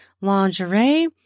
lingerie